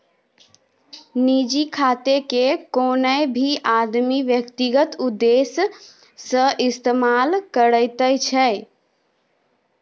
निजी खातेकेँ कोनो भी आदमी व्यक्तिगत उद्देश्य सँ इस्तेमाल करैत छै